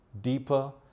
deeper